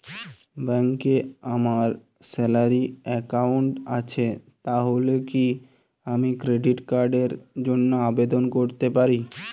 ব্যাংকে আমার salary account আছে তাহলে কি আমি ক্রেডিট কার্ড র জন্য আবেদন করতে পারি?